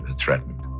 threatened